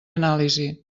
anàlisi